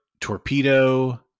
torpedo